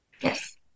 Yes